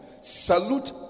salute